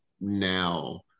now